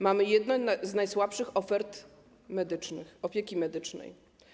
Mamy jedną z najsłabszych ofert medycznych, opieki medycznej.